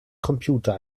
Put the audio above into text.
computer